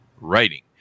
writing